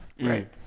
Right